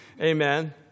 Amen